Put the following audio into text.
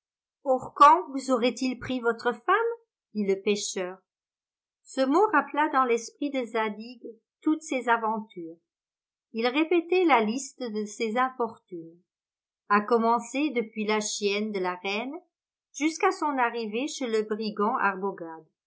orcan vous aurait-il pris votre femme dit le pêcheur ce mot rappela dans l'esprit de zadig toutes ses aventures il répétait la liste de ses infortunes à commencer depuis la chienne de la reine jusqu'à son arrivée chez le brigand